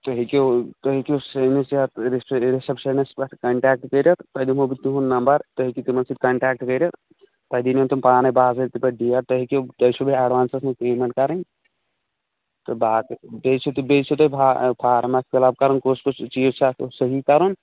تُہۍ ہیٚکِو تُہۍ ہیٚکِو سٲنِس یتھ رِسیٚپشن پیٚٹھ کنٹیکٹ کٔرِتھ تۅہہِ دِمو بہٕ تِہُنٛد نمبر تُہۍ ہیٚکِو تِمن سٍتۍ کنٹیکٹ کٔرِتھ تۅہہِ دِیٖنو تِم پانٕے باضٲبطہٕ پٲٹھۍ ڈیٹ تُہۍ ہیٚکِو تۅہہِ چھُوٕ بیٚیہِ ایٚڈوانسس منٛز پیمنٛٹ کرٕنۍ تہٕ باقٕے بیٚیہِ چھُو تۅہہِ بیٚیہِ چھُو تۅہہِ فا فارم اَکھ فِل اَپ کرُن کُس کُس چیٖز چھُ اتھ صحی کرُن